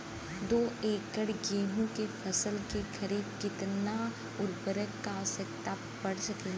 दो एकड़ गेहूँ के फसल के खातीर कितना उर्वरक क आवश्यकता पड़ सकेल?